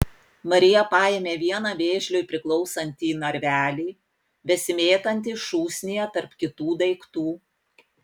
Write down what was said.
marija paėmė vieną vėžliui priklausantį narvelį besimėtantį šūsnyje tarp kitų daiktų